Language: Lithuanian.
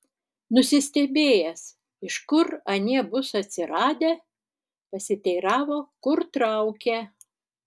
nusistebėjęs iš kur anie bus atsiradę pasiteiravo kur traukia